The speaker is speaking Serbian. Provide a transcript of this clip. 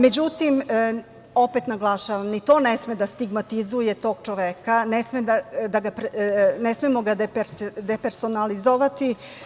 Međutim, opet naglašavam, ni to ne sme da stigmatizuje tog čoveka, ne smemo ga depersonalizovati.